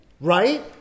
right